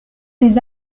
des